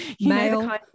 male